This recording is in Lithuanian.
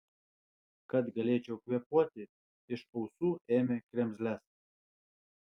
kad galėčiau kvėpuoti iš ausų ėmė kremzles